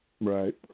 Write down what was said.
Right